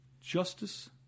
justice